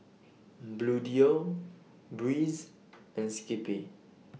Bluedio Breeze and Skippy